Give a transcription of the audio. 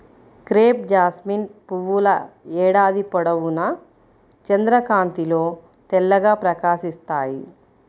crepe jasmine పువ్వుల ఏడాది పొడవునా చంద్రకాంతిలో తెల్లగా ప్రకాశిస్తాయి